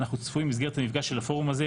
אנחנו צפויים במסגרת המפגש של הפורום הזה